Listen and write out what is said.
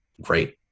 great